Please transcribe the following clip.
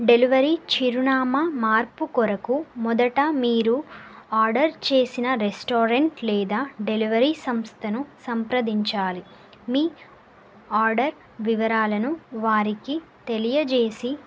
delivery చిరునామా మార్పు కొరకు మొదట మీరు ఆర్డర్ చేసిన రెస్టారెంట్ లేదా డెలివరీ సంస్థను సంప్రదించాలి మీ ఆర్డర్ వివరాలను వారికి తెలియజేసి